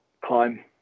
climb